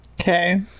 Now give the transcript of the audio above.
Okay